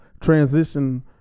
transition